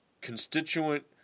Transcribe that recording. constituent